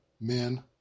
men